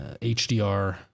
hdr